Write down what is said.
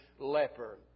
leper